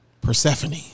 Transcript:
Persephone